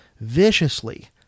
viciously